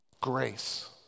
Grace